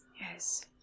Yes